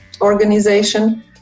organization